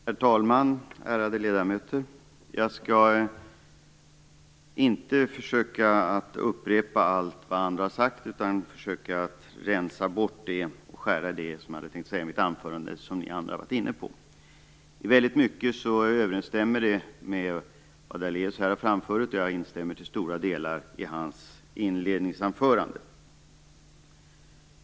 Herr talman! Ärade ledamöter! Jag skall försöka att inte upprepa allt vad andra har sagt utan försöka rensa bort det som jag hade tänkt säga i mitt anförande som ni andra har varit inne på. Mycket av det jag tänkt säga överensstämmer med vad Daléus här har framfört, och jag instämmer till stora delar i hans inledningsanförande.